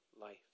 life